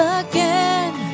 again